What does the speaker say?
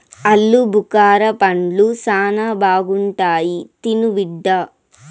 ఆలుబుకారా పండ్లు శానా బాగుంటాయి తిను బిడ్డ